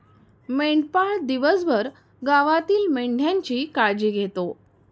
मेंढपाळ दिवसभर गावातील मेंढ्यांची काळजी घेतो